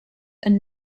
and